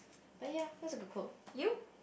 but ya that's a good quote you